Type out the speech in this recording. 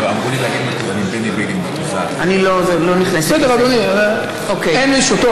אין מישהו.